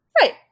right